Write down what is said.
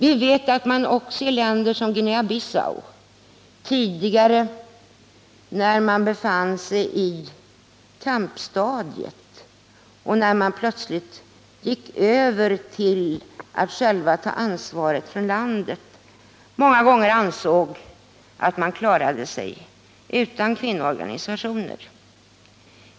Vi vet att man också i länder som Guinea Bissau tidigare när man befann sig på kampstadiet och när man plötsligt gick över till att själv ta ansvaret för landet många gånger ansåg att man klarade sig utan kvinnoorganisationer.